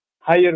higher